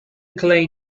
clay